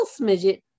smidget